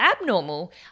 abnormal